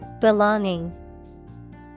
Belonging